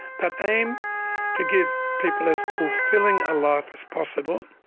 but aim to give people as fulfilling a life as possible,